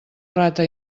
rata